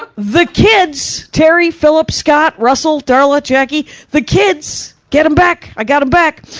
but the kids terry, phillip, scott, russell, darla, jackie, the kids, get em back. i got em back!